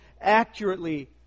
accurately